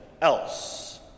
else